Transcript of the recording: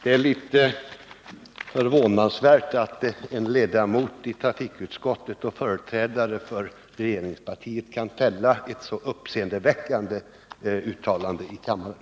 Det är litet förvånansvärt att en ledamot av trafikutskottet och företrädare för regeringspartiet kan fälla ett så uppseendeväckande yttrande i kammaren.